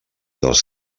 dels